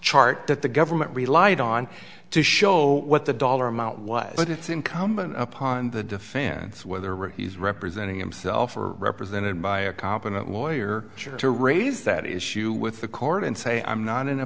chart that the government relied on to show what the dollar amount was but it's incumbent upon the defense whether rich is representing himself or represented by a competent lawyer to raise that issue with the court and say i'm not in a